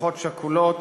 משפחות שכולות,